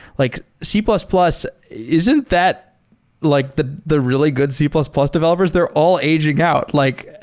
like c plus plus, isn't that like the the really good c plus plus developers? they're all aging out. like ah